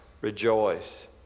rejoice